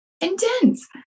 intense